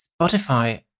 Spotify